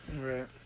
Right